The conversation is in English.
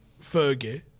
Fergie